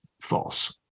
false